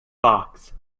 box